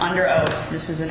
under oath this is an